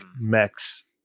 mechs